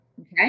Okay